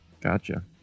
Gotcha